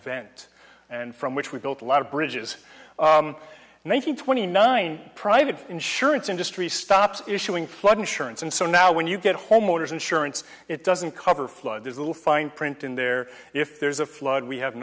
event and from which we built a lot of bridges one hundred twenty nine private insurance industry stops issuing flood insurance and so now when you get homeowner's insurance it doesn't cover flood there's little fine print in there if there's a flood we have